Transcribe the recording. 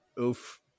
Oof